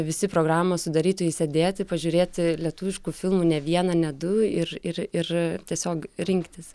visi programų sudarytojai sėdėti pažiūrėti lietuviškų filmų ne vieną ne du ir ir ir tiesiog rinktis